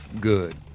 Good